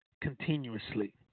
continuously